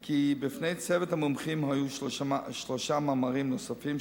כי בפני צוות המומחים היו שלושה מאמרים נוספים,